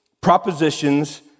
propositions